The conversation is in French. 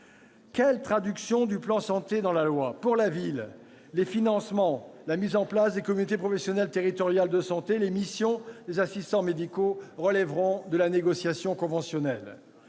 les traductions du plan Santé dans la loi ? Pour la ville, les financements, la mise en place des communautés professionnelles territoriales de santé, les missions des assistants médicaux relèveront de la négociation conventionnelle.